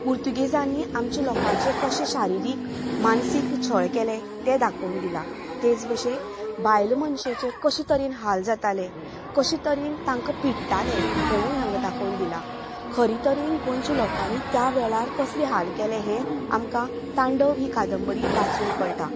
पुर्तूगीजांनी आमच्या लोकाचे आमच्या लोकांचे कशें शारिरीक मानसीक छळ केले तें दाखोवन दिलां तेच बशेन बायल मनशेचे कशे तरेन हाल जाताले कशें तरेन तांका पिडटाले हेवूय हांगा दाखोवन दिला खरें तरेन गोंयच्या लोकांनी कसलें हाल केले हे आमका तांडव ही कादंबरी वाचून कळटा